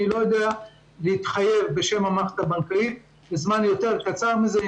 אני לא יודע להתחייב בשם המערכת הבנקאית לזמן יותר קצר מזה.